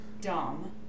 dumb